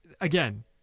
again